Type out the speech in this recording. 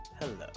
hello